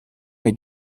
est